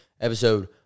episode